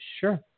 Sure